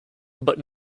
but